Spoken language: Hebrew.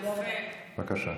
בבקשה.